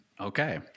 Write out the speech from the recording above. Okay